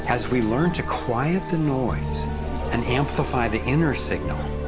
as we learn to quiet the noise and amplify the inner signal,